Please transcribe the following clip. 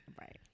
right